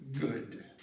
good